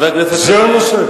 זה הנושא.